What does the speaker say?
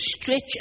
stretch